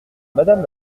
madame